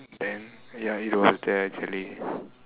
then ya it was there actually